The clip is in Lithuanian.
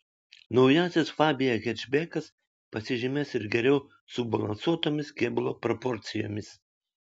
naujasis fabia hečbekas pasižymės ir geriau subalansuotomis kėbulo proporcijos